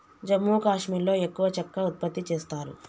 జమ్మూ కాశ్మీర్లో ఎక్కువ చెక్క ఉత్పత్తి చేస్తారు